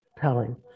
telling